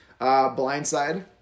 Blindside